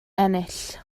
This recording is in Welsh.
ennill